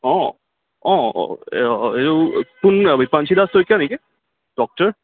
অঁ অঁ কোন বিপাঞ্চি দাস শইকীয়া নেকি ডক্টৰ